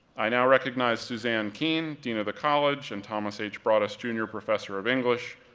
i now recognize suzanne keen, dean of the college, and thomas h. broadus, jr, professor of english,